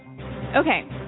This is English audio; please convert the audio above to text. Okay